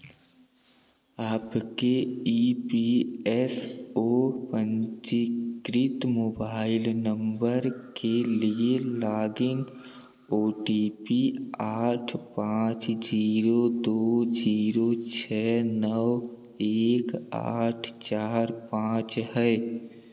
आपके E P S O पंजीकृत mobile number के लिए लॉगिन ओ टी पी आठ पाँच जीरो दो जीरो छः नौ एक आठ चार पाँच है